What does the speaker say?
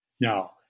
Now